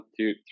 two